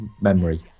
memory